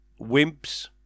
Wimps